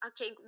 okay